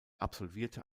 absolvierte